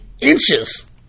inches